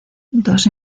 dos